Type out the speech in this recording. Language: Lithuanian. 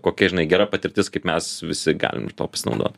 kokia žinai gera patirtis kaip mes visi galim ir tuo pasinaudot